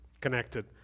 connected